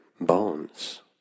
bones